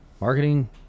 Marketing